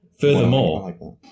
Furthermore